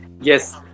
Yes